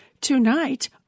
Tonight